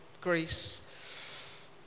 Greece